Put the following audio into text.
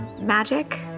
magic